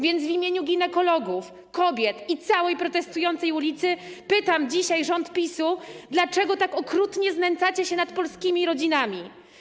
W imieniu ginekologów, kobiet i całej protestującej ulicy pytam dzisiaj rząd PiS-u: Dlaczego tak okrutnie znęcacie się nad polskimi rodzinami?